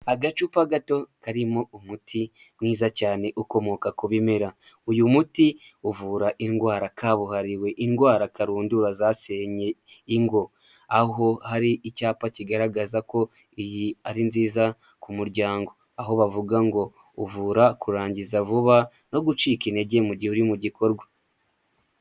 Agacupa gato karimo umuti mwiza cyane ukomoka ku bimera, uyu muti uvura indwara kabuhariwe, indwara karundura zasenye ingo, aho hari icyapa kigaragaza ko iyi ari nziza ku muryango, aho bavuga ngo uvura kurangiza vuba no gucika intege mu gihe uri mu gikorwa.